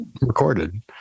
recorded